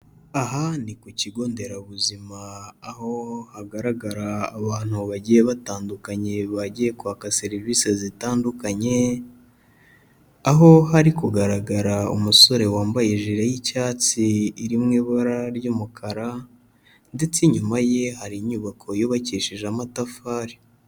Aha ni ku kigo nderabuzima aho hagaragara abantu bagiye batandukanye bagiye kwaka serivisi zitandukanye, aho hari kugaragara umusore wambaye ijire y'icyatsi iri mu ibara ry'umukara ndetse inyuma ye hari inyubako yubakishije amatafari.